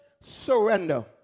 surrender